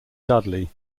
dudley